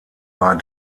war